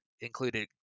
included